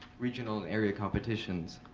regional, and area competitions.